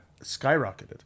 skyrocketed